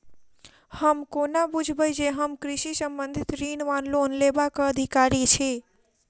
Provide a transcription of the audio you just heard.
हम कोना बुझबै जे हम कृषि संबंधित ऋण वा लोन लेबाक अधिकारी छी?